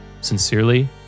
Sincerely